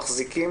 מחזיקים